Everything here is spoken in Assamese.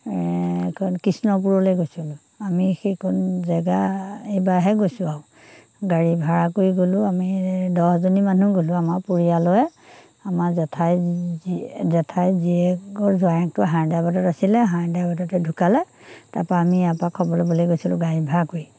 এইখন কৃষ্ণপুৰলে গৈছিলোঁ আমি সেইকণ জেগা এইবাৰহে গৈছোঁ আৰু গাড়ী ভাড়া কৰি গ'লোঁ আমি দহজনী মানুহ গ'লোঁ আমাৰ পৰিয়ালৰে আমাৰ জেঠাই জেঠাইৰ জীয়েকৰ জোঁৱায়েকটো হায়দৰাবাদত আছিলে হায়দৰাবাদতে ঢুকালে তাৰ পৰা আমি ইয়াৰ পৰা খবৰ ল'বলৈ গৈছিলোঁ গাড়ী ভাৰা কৰি